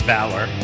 Valor